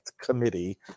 committee